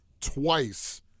twice